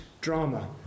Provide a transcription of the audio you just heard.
drama